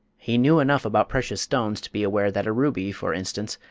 he knew enough about precious stones to be aware that a ruby, for instance,